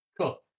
Cool